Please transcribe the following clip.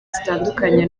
zitandukanye